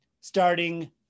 starting